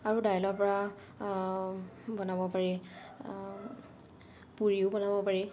আৰু দাইলৰ পৰা বনাব পাৰি পুৰিও বনাব পাৰি